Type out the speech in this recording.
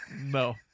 No